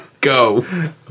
Go